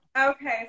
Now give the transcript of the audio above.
Okay